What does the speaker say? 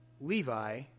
Levi